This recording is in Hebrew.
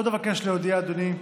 עוד אבקש להודיע, אדוני,